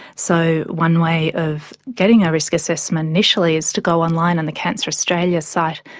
so one way of getting a risk assessment initially is to go online on the cancer australia site.